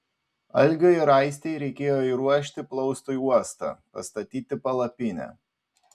algiui ir aistei reikėjo įruošti plaustui uostą pastatyti palapinę